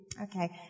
Okay